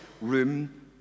room